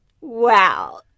Wow